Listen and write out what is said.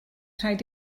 rhaid